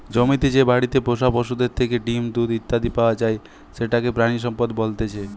জমিতে যে বাড়িতে পোষা পশুদের থেকে ডিম, দুধ ইত্যাদি পাওয়া যায় সেটাকে প্রাণিসম্পদ বলতেছে